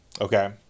Okay